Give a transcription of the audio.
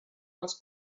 els